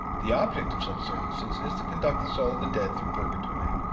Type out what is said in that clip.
the object of such services is to conduct the soul of the dead through purgatory,